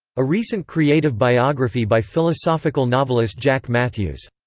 a recent creative biography by philosophical novelist jack matthews.